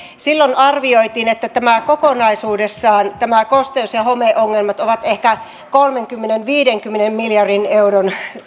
silloin arvioitiin että kokonaisuudessaan nämä kosteus ja homeongelmat ovat ehkä kolmenkymmenen viiva viidenkymmenen miljardin euron